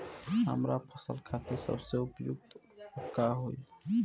हमार फसल खातिर सबसे उपयुक्त उर्वरक का होई?